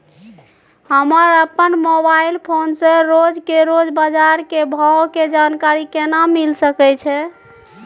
हम अपन mobile phone से रोज के रोज बाजार के भाव के जानकारी केना मिल सके छै?